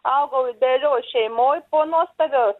augau idealioj šeimoj po nuostabios